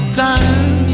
time